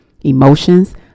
emotions